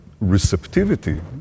receptivity